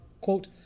quote